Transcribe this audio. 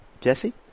jesse